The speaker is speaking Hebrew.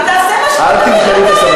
תעשה מה שאתה מבין, אל תאיים עלי.